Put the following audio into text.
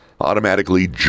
automatically